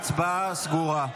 ההצבעה סגורה.